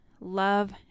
love